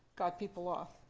got people off.